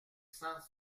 cent